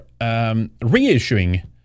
reissuing